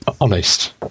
honest